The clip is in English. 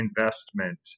investment